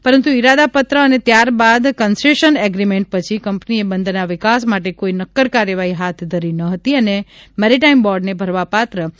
પરંત્ર ઇરાદાપત્ર અને ત્યારબાદ કન્સેશન એશ્રીમેન્ટ પછી કંપનીએ બંદરના વિકાસ માટે કોઇ નક્કર કાર્યવાહી હાથ ધરી ન હતી અને મેરીટાઇમ બોર્ડને ભરવાપાત્ર રૂ